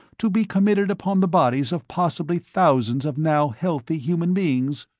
to be committed upon the bodies of possibly thousands of now healthy human beings.